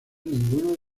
ninguno